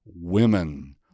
women